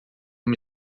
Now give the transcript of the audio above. uma